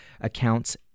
account's